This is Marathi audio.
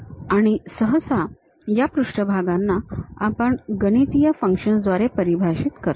आणि सहसा या पृष्ठभागांना आपण गणितीय फंक्शन्स द्वारे परिभाषित करतो